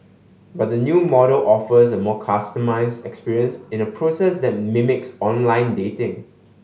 but the new model offers a more customised experience in a process that mimics online dating